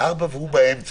4 והוא באמצע.